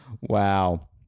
wow